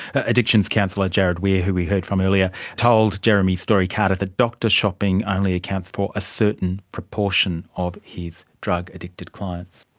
addictions counsellor jarrod weir who we heard from earlier told jeremy story carter that doctor shopping only accounts for a certain proportion of his drug addicted clients.